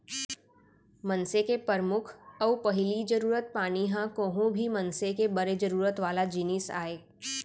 मनसे के परमुख अउ पहिली जरूरत पानी ह कोहूं भी मनसे के बड़े जरूरत वाला जिनिस आय